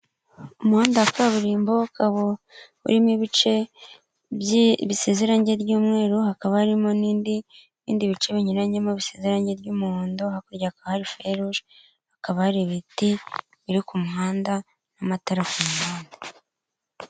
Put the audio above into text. Umuhanda wa kaburimbo ukaba urimo ibice bisize iranye ry'umweru, hakaba harimo n'ibindi bice binyuranyemo bisize irange ry'umuhondo, hakurya hakaba hari feruje, hakaba ari ibiti biri ku muhanda n'amatara ku muhanda.